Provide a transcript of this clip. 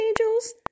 angels